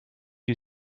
you